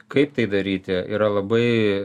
kaip tai daryti yra labai